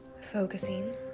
focusing